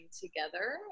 together